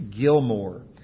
Gilmore